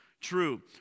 true